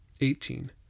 Eighteen